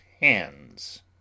HANDS